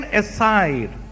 aside